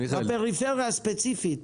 הפריפריה ספציפית.